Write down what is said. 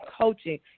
coaching